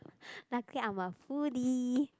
lucky I'm a foodie